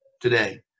today